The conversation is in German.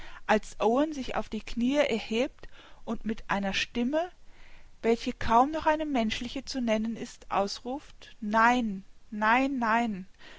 als owen sich auf die knie erhebt und mit einer stimme welche kaum noch eine menschliche zu nennen ist ausruft nein nein nein